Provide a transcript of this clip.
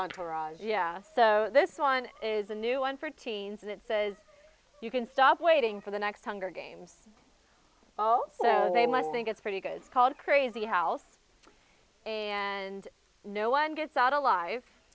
entourage yeah so this one is a new one for teens and it says you can stop waiting for the next hunger games also they might think it's pretty good called crazy house and no one gets out alive